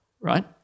right